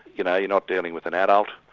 you know, you're not dealing with an adult.